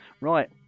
Right